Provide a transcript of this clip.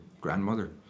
grandmother